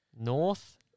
North